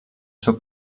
seu